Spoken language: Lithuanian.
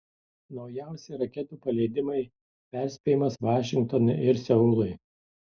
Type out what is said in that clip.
naujausi raketų paleidimai perspėjimas vašingtonui ir seului